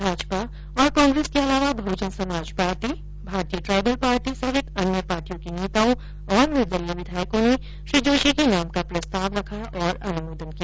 भाजपा तथा कांग्रेस के अलावा Bahujan Samaj party Bharatiya tribal party समेत अन्य पार्टियों के नेताओं और निर्दलीय विधायकों ने श्री जोषी के नाम का प्रस्ताव रखा और अनुमोदन किया